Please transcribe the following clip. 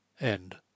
End